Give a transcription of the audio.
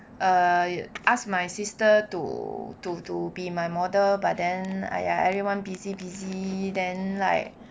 err ask my sister to to to be my model but then !aiya! everyone busy busy then like